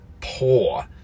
poor